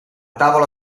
tavola